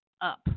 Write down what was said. up